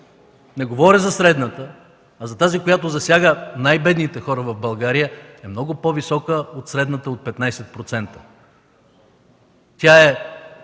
не говоря за средната, а за тази, която засяга най-бедните хора в България, е много по-висока от средната от 15%. Тя е